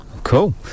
cool